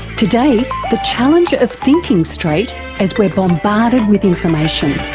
today, the challenge of thinking straight as we're bombarded with information.